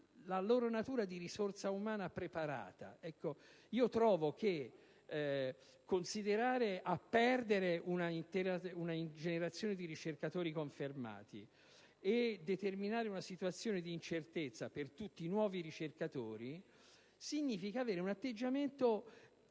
la loro natura di risorsa umana preparata sia d'uopo. Trovo che considerare "a perdere" una generazione di ricercatori confermati e determinare una situazione di incertezza per tutti i nuovi ricercatori significhi avere un atteggiamento